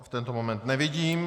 V tento moment nevidím.